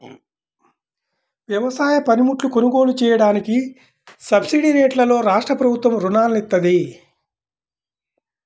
వ్యవసాయ పనిముట్లు కొనుగోలు చెయ్యడానికి సబ్సిడీరేట్లలో రాష్ట్రప్రభుత్వం రుణాలను ఇత్తంది